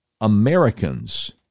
Americans